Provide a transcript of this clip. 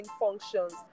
functions